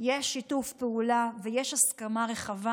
יש שיתוף פעולה ויש הסכמה רחבה.